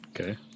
Okay